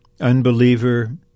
unbeliever